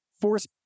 force